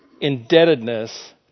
indebtedness